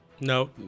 No